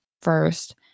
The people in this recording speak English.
first